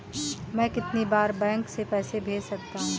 मैं कितनी बार बैंक से पैसे भेज सकता हूँ?